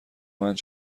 مند